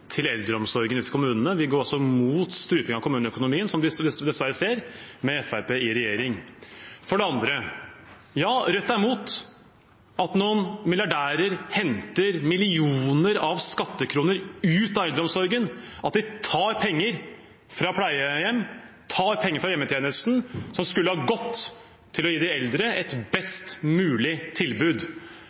til eldreomsorgen ute i kommunene. Vi går mot strupingen av kommuneøkonomien, som vi dessverre ser med Fremskrittspartiet i regjering. For det andre: Ja, Rødt er mot at noen milliardærer henter millioner av skattekroner ut av eldreomsorgen, at de tar penger fra pleiehjem og fra hjemmetjenesten som skulle ha gått til å gi de eldre et best mulig tilbud.